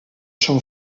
son